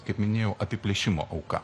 kaip minėjau apiplėšimo auka